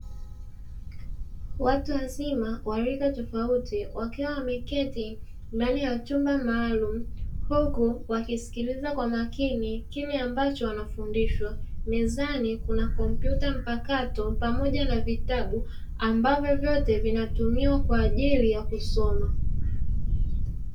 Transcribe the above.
Watu wazima wa rika tofauti wakiwa wameketi ndani ya chumba maalumu, huku wakisikiliza kwa makini kile ambacho wanafundishwa. Mezani kuna kompyuta mpakato pamoja na vitabu, ambavyo vyote vinatumiwa kwa ajili ya kusoma.